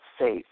safe